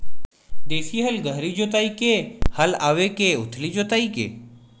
देशी हल गहरी जोताई के हल आवे के उथली जोताई के?